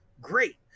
Great